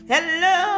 Hello